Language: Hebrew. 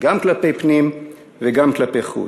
גם כלפי פנים וגם כלפי חוץ.